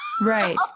Right